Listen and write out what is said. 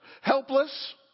Helpless